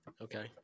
Okay